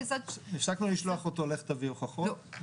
הפסקנו לשלוח אותו, לך תביא הוכחות.